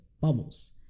bubbles